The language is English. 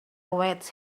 awaits